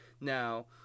Now